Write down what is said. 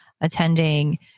attending